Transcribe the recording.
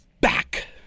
back